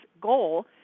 goal